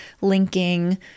linking